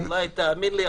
תאמין לי,